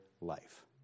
life